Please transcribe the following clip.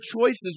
choices